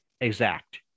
exact